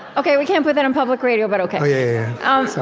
ok, we can't put that on public radio, but ok yeah um so